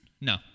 No